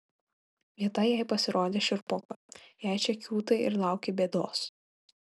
vieta jai pasirodė šiurpoka jei čia kiūtai ir lauki bėdos